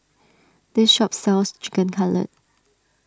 this shop sells Chicken Cutlet